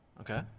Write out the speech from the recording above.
Okay